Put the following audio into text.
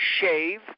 shave